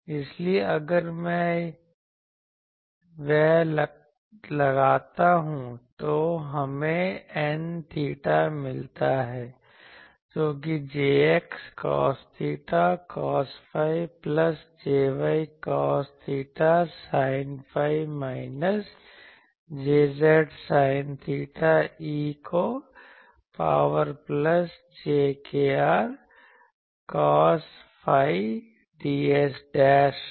इसलिए अगर मैं वह लगाता हूं तो हमें N𝚹 मिलता है जोकि Jx cos theta cos phi plus Jy cos theta sine phi minus Jz sine theta e को power plus j kr cos psi ds है